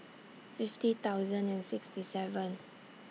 fifty thousand and sixty seven